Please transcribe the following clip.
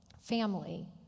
family